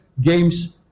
games